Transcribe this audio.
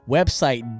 Website